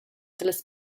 dallas